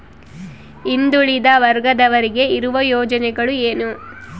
ಹಿಂದುಳಿದ ವರ್ಗದವರಿಗೆ ಇರುವ ಯೋಜನೆಗಳು ಏನು?